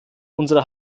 unsere